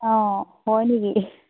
অঁ হয় নেকি